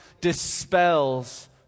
dispels